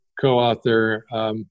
co-author